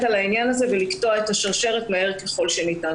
על העניין הזה ולקטוע את השרשרת מהר ככל שניתן.